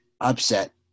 Upset